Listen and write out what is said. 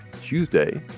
Tuesday